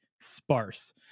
sparse